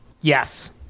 Yes